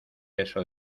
beso